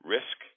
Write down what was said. Risk